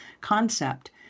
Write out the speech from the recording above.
concept